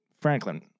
Franklin